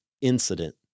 incident